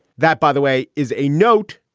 that, by the way, is a note,